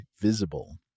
Visible